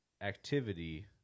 activity